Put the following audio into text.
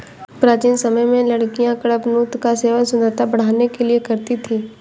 प्राचीन समय में लड़कियां कडपनुत का सेवन सुंदरता बढ़ाने के लिए करती थी